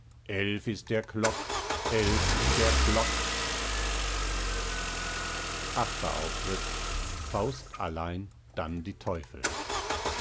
eilf ist der klock eilf ist der klock achter auftritt faust allein dann die teufel